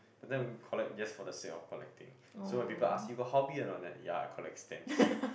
but then collect just for the sake of collecting so when people ask you got hobby or not ya collect stamps